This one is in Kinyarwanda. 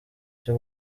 ryo